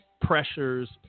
pressures